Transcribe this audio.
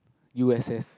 U_S_S